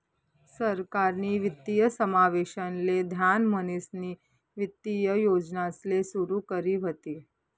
सरकारनी वित्तीय समावेशन ले ध्यान म्हणीसनी वित्तीय योजनासले सुरू करी व्हती